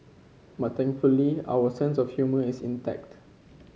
but thankfully our sense of humour is intact